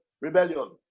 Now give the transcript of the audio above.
rebellion